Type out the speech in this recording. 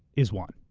is one.